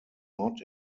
not